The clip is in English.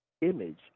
image